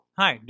hi